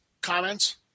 comments